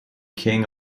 king